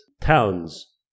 towns